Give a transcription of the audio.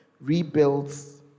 rebuilds